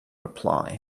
reply